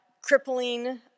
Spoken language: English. crippling